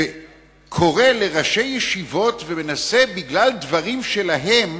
שקורא לראשי ישיבות ומנסה בגלל דברים שלהם